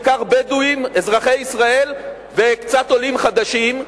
בעיקר בדואים אזרחי ישראל וקצת עולים חדשים,